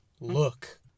Look